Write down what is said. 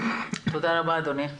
תודה רבה אדוני.